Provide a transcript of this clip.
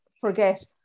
forget